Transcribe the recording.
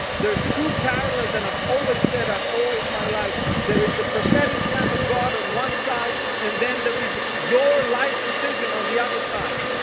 there's two parallels. and i've always said that all of my life. there is the prophetic plan of god on one side. and then there is your life decision on the other side.